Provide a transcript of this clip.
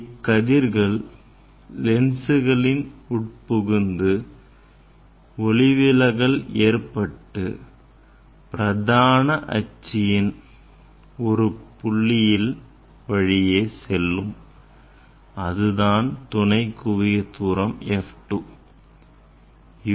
இக்கதிர்கள் லென்சுகளின் உள்புகுந்து ஒளிவிலகல் ஏற்பட்டு பிரதான அச்சின் ஒரு புள்ளியின் வழியே செல்லும் அதுதான் துணை குவியத் தூரம் F2 ஆகும்